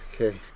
Okay